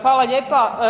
Hvala lijepa.